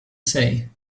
say